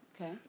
Okay